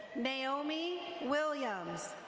naomi williams.